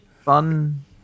Fun